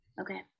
Okay